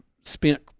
spent